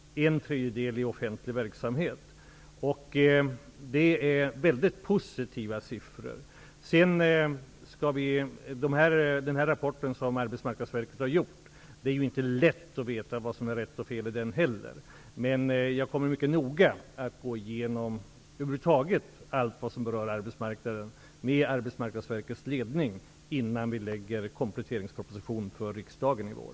En tredjedel av ungdomarna finns i den offentliga verksamheten. Det här är positiva siffror. Det är inte lätt att veta vad som är rätt och fel i rapporten från Arbetsmarknadsverket. Jag kommer över huvud taget att mycket noga gå igenom allt som rör arbetsmarknaden med Arbetsmarknadsverkets ledning innan kompletteringspropositionen läggs fram för riksdagen i vår.